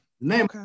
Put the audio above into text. Name